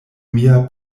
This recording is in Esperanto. mia